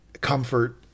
comfort